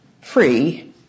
free